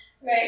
Right